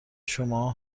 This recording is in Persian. شما